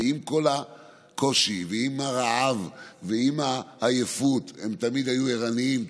עם כל הקושי ועם הרעב ועם העייפות הם תמיד היו ערניים,